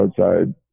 outside